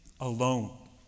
alone